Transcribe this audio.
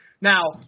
Now –